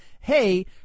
hey